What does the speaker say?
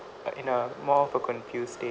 uh in a more of a confused state